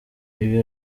ibi